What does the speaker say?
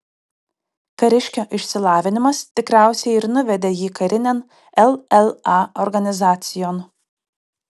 kariškio išsilavinimas tikriausiai ir nuvedė jį karinėn lla organizacijon